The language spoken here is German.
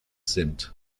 sind